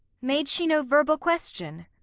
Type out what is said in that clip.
made she no verbal question?